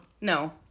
No